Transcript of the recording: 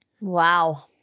wow